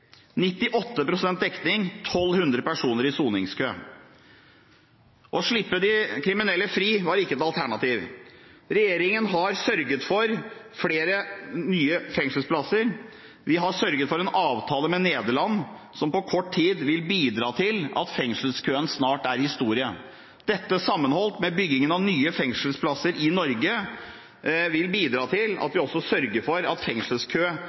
pst. dekning, 1 200 personer i soningskø. Å slippe de kriminelle fri var ikke et alternativ. Regjeringen har sørget for flere nye fengselsplasser. Vi har sørget for en avtale med Nederland som på kort tid vil bidra til at fengselskøen snart er historie. Dette sammenholdt med byggingen av nye fengselsplasser i Norge vil bidra til at vi også sørger for at